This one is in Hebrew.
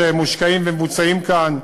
שמושקעים ומבוצעים כאן,